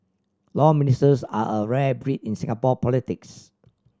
Law Ministers are a rare breed in Singapore politics